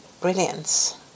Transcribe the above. brilliance